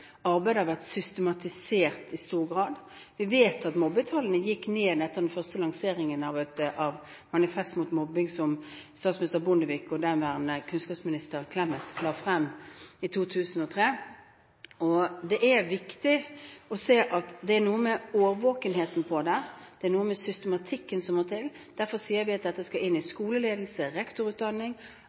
gikk ned etter den første lanseringen av Manifest mot mobbing, som statsminister Bondevik og daværende kunnskapsminister Clemet la frem i 2003. Det er noe med årvåkenheten her, det er noe med systematikken, som må til. Det er viktig. Derfor sier vi at dette skal inn i